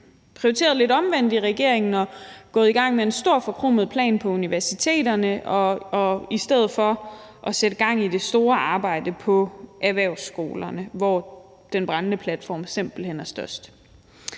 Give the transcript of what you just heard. prioriteret lidt omvendt i regeringen og er gået i gang med en stor forkromet plan på universiteterne i stedet for at sætte gang i det store arbejde på erhvervsskolerne, hvor den brændende platform simpelt hen er størst.